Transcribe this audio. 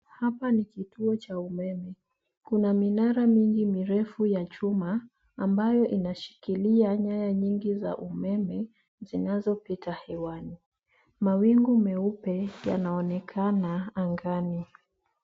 Hapa ni kituo cha umeme. Kuna minara mingi mirefu ya chuma ambayo inashikilia nyaya nyingi za umeme zinazopita hewani .Mawingu meupe yanaonekana angani.